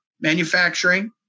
manufacturing